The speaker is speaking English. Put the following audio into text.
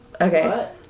okay